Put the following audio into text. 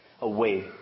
Away